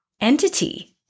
entity